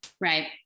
right